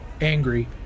angry